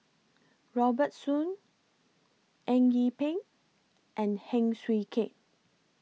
Robert Soon Eng Yee Peng and Heng Swee Keat